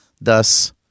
thus